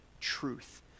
truth